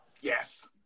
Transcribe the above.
Yes